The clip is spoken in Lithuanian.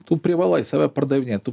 tu privalai save pardavinėt tu